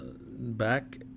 back